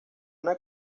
una